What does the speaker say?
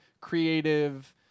creative